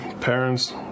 parents